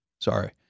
Sorry